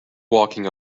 walking